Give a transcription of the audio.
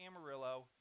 Amarillo